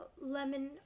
lemon